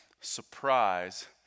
surprise